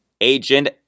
agent